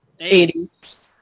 80s